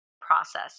process